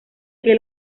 que